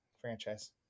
franchise